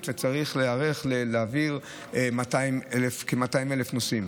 וצריך להיערך ולהעביר כ-200,000 נוסעים.